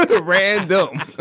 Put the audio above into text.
Random